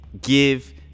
give